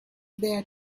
there